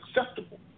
acceptable